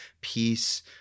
peace